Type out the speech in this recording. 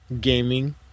gaming